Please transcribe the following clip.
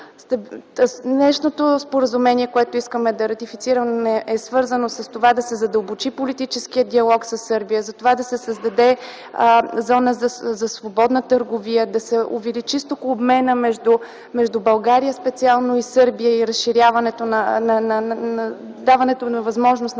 Днешното споразумение, което искаме да ратифицираме, е свързано с това да се задълбочи политическият диалог със Сърбия, затова да се създаде зона за свободна търговия, да се увеличи стокообменът специално между България и Сърбия, и разширяването, даването на възможност